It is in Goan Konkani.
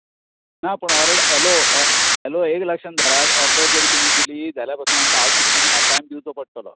ना पूण ऑर्डर हॅलो हॅलो एक लक्षांत धरात ऑर्डर जर तुमी दिली जाल्यार पसून आमकां आठ दीस मात टायम दिवचो पडटलो